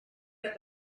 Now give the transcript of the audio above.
der